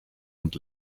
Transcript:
und